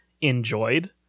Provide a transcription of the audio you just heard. enjoyed